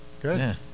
Good